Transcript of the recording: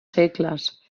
segles